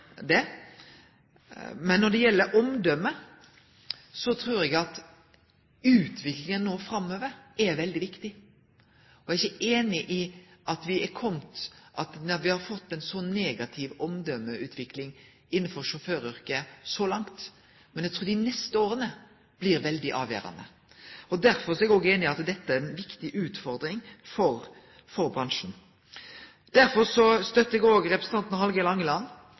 Når det gjeld omdøme, trur eg at utviklinga framover er veldig viktig. Eg er ikkje einig i at me har fått ei så negativ omdømeutvikling innanfor sjåføryrket så langt, men eg trur dei neste åra blir veldig avgjerande. Derfor er eg òg einig i at dette er ei viktig utfordring for bransjen. Eg støttar òg representanten Hallgeir Langeland,